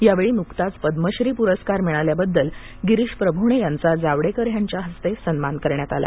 यावेळी नुकताच पद्मश्री पुरस्कार मिळाल्याबद्दल गिरीश प्रभुणे यांचा जावडेकर यांच्या हस्ते सन्मान करण्यात आला